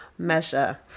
measure